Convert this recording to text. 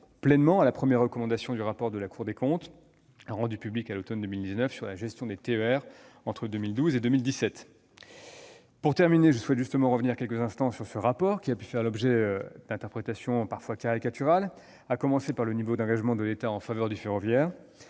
pleinement à la première recommandation du rapport que la Cour des comptes a rendu public à l'automne 2019 sur la gestion des TER entre 2012 et 2017. Pour terminer, je souhaite revenir quelques instants sur ce rapport, qui a pu faire l'objet d'interprétations caricaturales, à commencer par le niveau d'engagement de l'État en faveur du ferroviaire.